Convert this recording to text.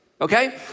Okay